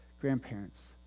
grandparents